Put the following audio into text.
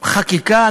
חקיקה,